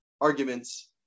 arguments